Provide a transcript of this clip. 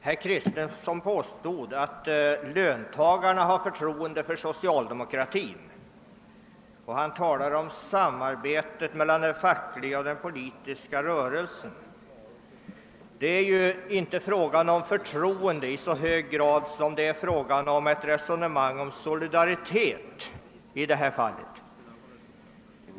Herr talman! Herr Kristenson talade om samarbetet mellan den fackliga och politiska arbetarrörelsen och sade att löntagarna har förtroende för socialdemokratin. Det är inte fråga om förtroende, utan snarare om solidaritet.